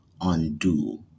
undo